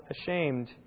ashamed